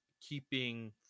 keeping